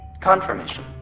Confirmation